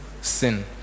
sin